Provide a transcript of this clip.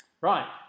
Right